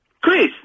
Chris